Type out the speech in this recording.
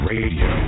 Radio